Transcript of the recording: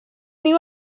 niu